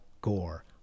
Gore